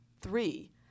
three